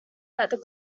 that